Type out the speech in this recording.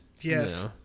Yes